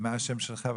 מה השם שלך?